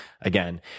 again